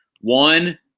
One